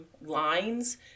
lines